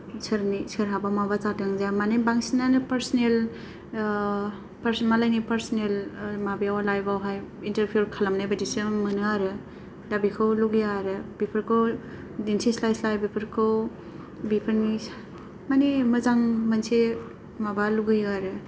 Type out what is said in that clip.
सोरनि सोरहाबा माबा जादों जाया माने बांसिनानो पार्सनेल ओ मालायनि पार्सनेल माबायाव लाइफावहाय इन्तारफेयार खालामनाय बायदिसो मोनो आरो दा बेखौ लुगैया आरो बेफोरखौ दिन्थिस्लाय स्लाय बेफोरखौ बेफोरनि माने मोजां मोनसे माबा लुगैयो आरो